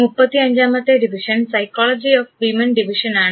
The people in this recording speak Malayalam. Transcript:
35 മത്തെ ഡിവിഷൻ സൈക്കോളജി ഓഫ് വിമൻ ഡിവിഷനാണ്